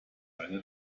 eine